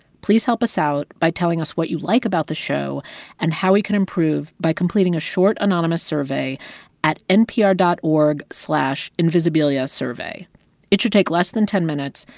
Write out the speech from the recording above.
please help us out by telling us what you like about the show and how we can improve by completing a short, anonymous survey at npr dot org slash invisibiliasurvey. it should take less than ten minutes,